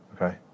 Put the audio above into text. Okay